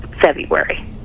February